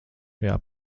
šajā